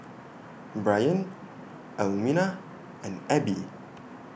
Brion Almina and Abbie